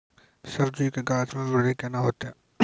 सब्जी के गाछ मे बृद्धि कैना होतै?